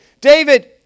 David